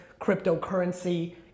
cryptocurrency